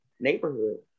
neighborhood